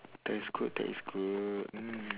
that is good that is good mm